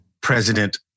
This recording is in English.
President